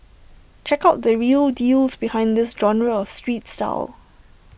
check out the real deals behind this genre of street style